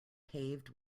paved